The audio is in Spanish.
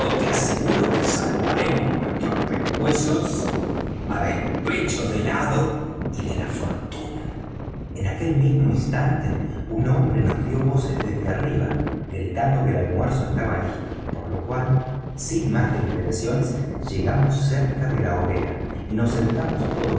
te aseguro que salvaremos nuestros pescuezos á despecho del hado y de la fortuna en aquel mismo instante un hombre nos dió voces desde arriba gritando que el almuerzo estaba listo por lo cual sin más deliberaciones llegamos cerca de la hoguera y nos sentamos todos